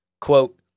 Quote